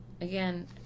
again